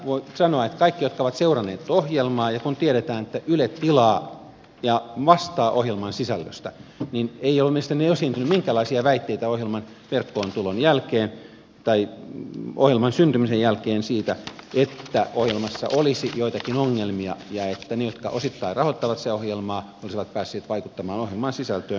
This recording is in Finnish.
voi sanoa että kenenkään ohjelmaa seuranneen taholta kun tiedetään että yle tilaa ohjelman ja vastaa sen sisällöstä ei ole mielestäni esiintynyt minkäänlaisia väitteitä ohjelman jatkon tulon jälkeen tai mm ohjelman syntymisen jälkeen siitä että ohjelmassa olisi joitakin ongelmia ja että ne jotka osittain rahoittavat sitä ohjelmaa olisivat päässeet vaikuttamaan ohjelman sisältöön